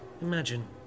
imagine